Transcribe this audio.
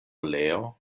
leo